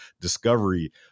discovery